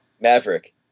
Maverick